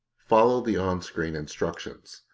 follow the on screen instructions.